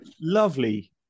Lovely